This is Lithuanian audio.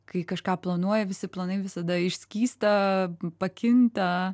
kai kažką planuoji visi planai visada išskysta pakinta